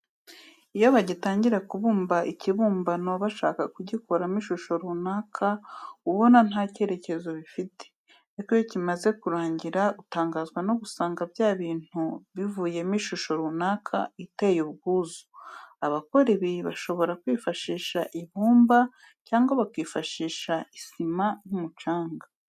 Iyo bagitangira kubumba ikibumbano bashaka gukoramo ishusho runaka uba ubona nta kerekezo bifite, ariko iyo kimaze kurangira utangazwa no gusanga bya bintu bivuyemo ishusho runaka iteye ubwuzu. Abakora ibi bashobora kwifashisha ibumba cyangwa bakifashisha isima n'umucanga.